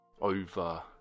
over